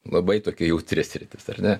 labai tokia jautri sritis ar ne